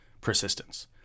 persistence